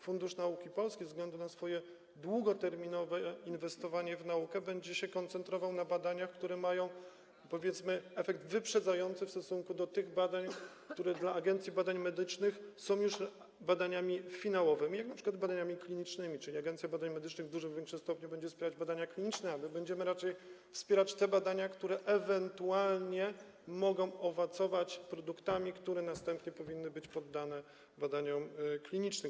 Fundusz Nauki Polskiej ze względu na swoje długoterminowe inwestowanie w naukę będzie się koncentrował na badaniach, które mają, powiedzmy, efekt wyprzedzający w stosunku do tych badań, które dla Agencji Badań Medycznych są już badaniami finałowymi, np. chodzi o badania kliniczne, czyli Agencja Badań Medycznych w dużo większym stopniu będzie wspierać badania kliniczne, a my będziemy raczej wspierać te badania, które ewentualnie mogą owocować produktami, które następnie powinny być poddane badaniom klinicznym.